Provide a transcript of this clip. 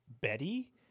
Betty